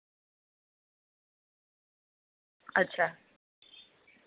अच्छा